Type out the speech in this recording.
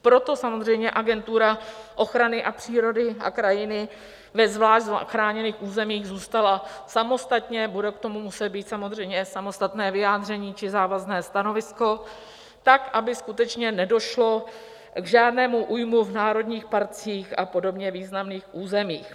Proto samozřejmě Agentura ochrany přírody a krajiny ve zvlášť chráněných územích zůstala samostatně, bude k tomu muset být samozřejmě samostatné vyjádření či závazné stanovisko tak, aby skutečně nedošlo k žádné újmě v národních parcích a podobně významných územích.